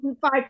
five